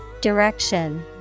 Direction